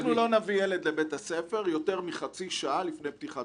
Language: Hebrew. אנחנו לא נביא ילד לבית הספר יותר מחצי שעה לפני פתיחת